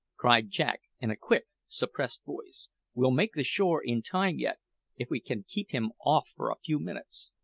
cried jack in a quick, suppressed voice we'll make the shore in time yet if we can keep him off for a few minutes.